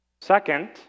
Second